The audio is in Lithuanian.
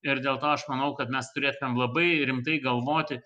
ir dėl to aš manau kad mes turėtume labai rimtai galvoti